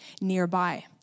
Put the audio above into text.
nearby